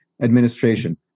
administration